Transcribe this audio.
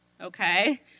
okay